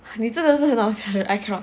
你真的是 I cannot